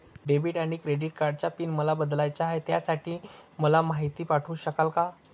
Debit आणि credit कार्डचा pin मला बदलायचा आहे, त्यासाठी मला माहिती पाठवू शकाल का?